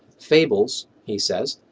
fables, he says,